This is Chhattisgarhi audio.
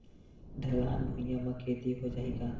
ढलान भुइयां म खेती हो जाही का?